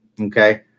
Okay